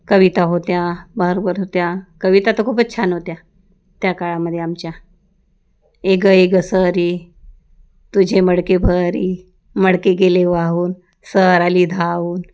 कविता होत्या बरोबर होत्या कविता तर खूपच छान होत्या त्या काळामध्ये आमच्या ये गं ये गं सरी तुझे मडके भरी मडके गेले वाहून सर आली धावून